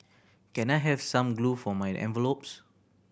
can I have some glue for my envelopes